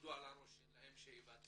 שתעמדו על הראש שלהם שיבצעו.